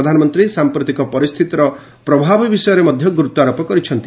ପ୍ରଧାନମନ୍ତ୍ରୀ ସାମ୍ପ୍ରତିକ ପରିସ୍ଥିତିର ପ୍ରଭାବ ବିଷୟରେ ମଧ୍ୟ ଗୁରୁତ୍ୱାରୋପ କରିଛନ୍ତି